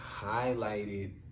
highlighted